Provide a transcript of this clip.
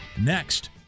next